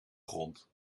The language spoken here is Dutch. grond